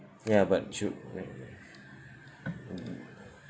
ya but should mm mm